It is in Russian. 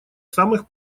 самых